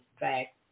back